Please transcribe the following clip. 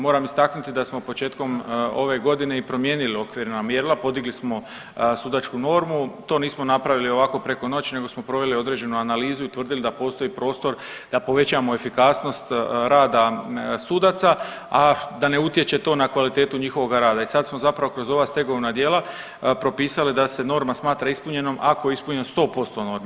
Moram istaknuti da smo početkom ove godine i promijenili okvirna mjerila, podigli smo sudačku normu, to nismo napravili ovako preko noći, nego smo proveli određenu analizu i utvrdili da postoji prostor da povećamo efikasnost rada sudaca, a da ne utječe to na kvalitetu njihovoga rada i sad smo zapravo kroz ova stegovna djela propisali da se norma smatra ispunjenom ako je ispunjeno 100% norme.